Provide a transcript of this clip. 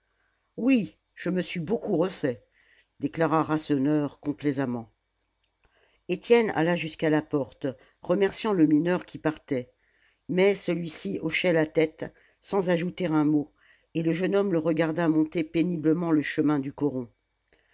oui je me suis beaucoup refait déclara rasseneur complaisamment étienne alla jusqu'à la porte remerciant le mineur qui partait mais celui-ci hochait la tête sans ajouter un mot et le jeune homme le regarda monter péniblement le chemin du coron